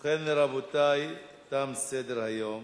ובכן, רבותי, תם סדר-היום.